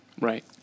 Right